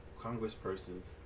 congresspersons